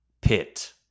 pit